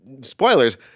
spoilers